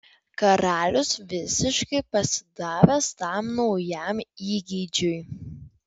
karalius visiškai pasidavęs tam naujam įgeidžiui